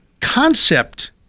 concept